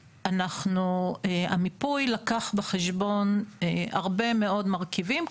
המיפוי לקח בחשבון הרבה מאוד מרכיבים.